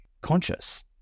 conscious